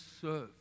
serve